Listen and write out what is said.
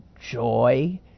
joy